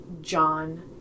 john